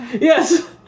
Yes